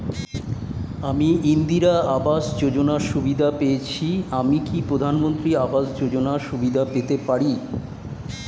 আমি ইন্দিরা আবাস যোজনার সুবিধা নেয়েছি আমি কি প্রধানমন্ত্রী আবাস যোজনা সুবিধা পেতে পারি?